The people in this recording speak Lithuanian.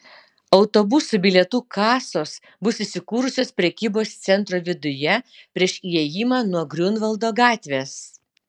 autobusų bilietų kasos bus įsikūrusios prekybos centro viduje prieš įėjimą nuo griunvaldo gatvės